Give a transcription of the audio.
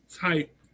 type